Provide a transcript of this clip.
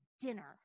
dinner